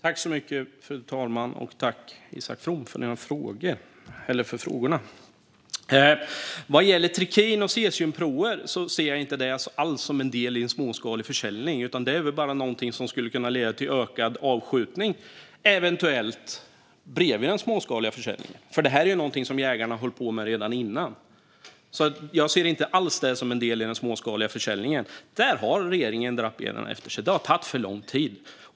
Fru talman! Tack, Isak From, för frågorna! Jag ser inte alls trikin och cesiumprover som en del i en småskalig försäljning, utan det är bara någonting som skulle kunna leda till ökad avskjutning bredvid den småskaliga försäljningen. Detta är ju någonting som jägarna höll på med redan innan, så jag ser det inte alls som en del i den småskaliga försäljningen. Där har regeringen dragit benen efter sig. Det har tagit för lång tid.